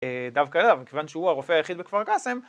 דווקא לא, אבל כיוון שהוא הרופא היחיד בכפר קאסם